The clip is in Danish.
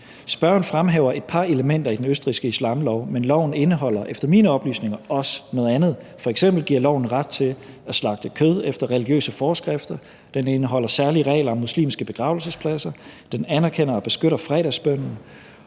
Spørgeren fremhæver et par elementer i den østrigske islamlov, men loven indeholder efter mine oplysninger også noget andet. F.eks. giver loven ret til at slagte kød efter religiøse forskrifter. Den indeholder særlige regler om muslimske begravelsespladser. Den anerkender og beskytter fredagsbønnen